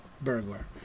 Burglar